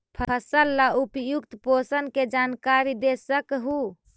फसल ला उपयुक्त पोषण के जानकारी दे सक हु?